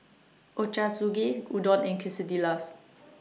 Ochazuke Udon and Quesadillas